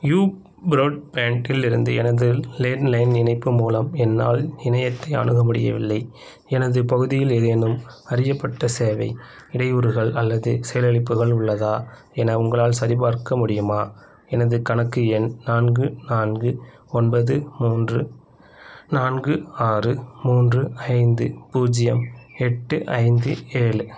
you ப்ரோட்பேண்ட்டிலிருந்து எனது landline இணைப்பு மூலம் என்னால் இணையத்தை அணுக முடியவில்லை எனது பகுதியில் ஏதேனும் அறியப்பட்ட சேவை இடையூறுகள் அல்லது செயலிழப்புகள் உள்ளதா என உங்களால் சரிபார்க்க முடியுமா எனது கணக்கு எண் நான்கு நான்கு ஒன்பது மூன்று நான்கு ஆறு மூன்று ஐந்து பூஜ்ஜியம் எட்டு ஐந்து ஏழு